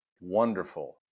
wonderful